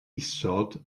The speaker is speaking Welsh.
isod